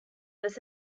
was